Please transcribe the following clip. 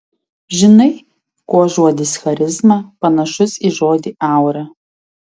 žinai kuo žodis charizma panašus į žodį aura